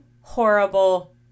horrible